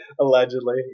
allegedly